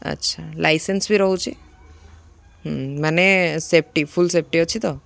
ଆଚ୍ଛା ଲାଇସେନ୍ସ ବି ରହୁଚି ମାନେ ସେଫ୍ଟି ଫୁଲ୍ ସେଫ୍ଟି ଅଛି ତ